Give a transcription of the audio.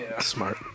Smart